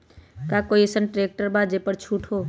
का कोइ अईसन ट्रैक्टर बा जे पर छूट हो?